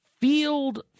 Field